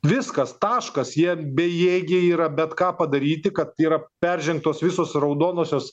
viskas taškas jie bejėgiai yra bet ką padaryti kad yra peržengtos visos raudonosios